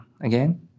again